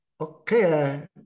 okay